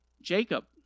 Jacob